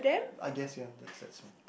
I guess ya that's that's one